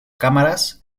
cámaras